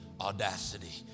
audacity